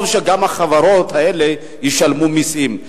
טוב שגם החברות האלה ישלמו מסים.